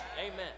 amen